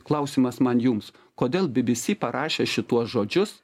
klausimas man jums kodėl bbc parašė šituos žodžius